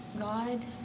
God